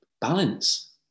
balance